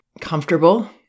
comfortable